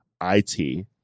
I-T